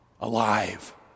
alive